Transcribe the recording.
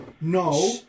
No